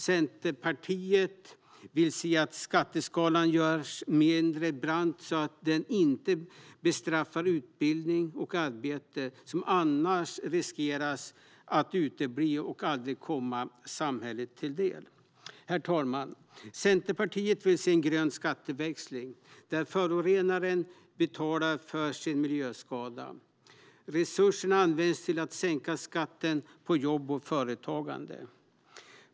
Centerpartiet vill se att skatteskalan görs mindre brant så att den inte bestraffar utbildning och arbete, som i så fall riskerar att utebli och aldrig komma samhället till del. Herr talman! Centerpartiet vill se en grön skatteväxling, där förorenaren betalar för sin miljöskada och resurserna används till att sänka skatten på jobb och företagande.